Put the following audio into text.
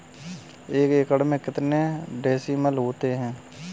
एक एकड़ में कितने डिसमिल होता है?